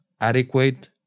adequate